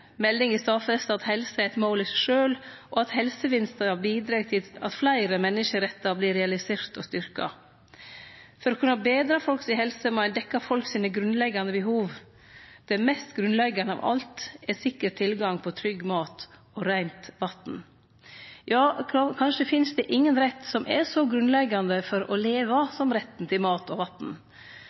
Meldinga stadfestar at helse er eit mål i seg sjølv, og at helsevinstar bidreg til at fleire menneskerettar vert realiserte og styrkte. For å kunne betre folk si helse må ein dekkje folk sine grunnleggjande behov. Det mest grunnleggjande av alt er sikker tilgang på trygg mat og reint vatn. Ja, kanskje finst det ingen rett som er så grunnleggjande for å leve som retten til mat og